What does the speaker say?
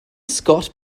scott